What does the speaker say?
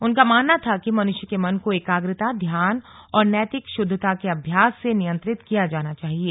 उनका मानना था कि मनृष्य के मन को एकाग्रता ध्यान और नैतिक श्रद्धता के अभ्यास से नियंत्रित किया जाना चाहिये